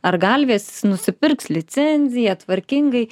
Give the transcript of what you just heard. ar galvės nusipirks licenciją tvarkingai